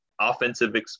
offensive